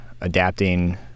adapting